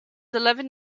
eleven